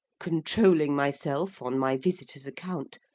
controlling myself on my visitor's account,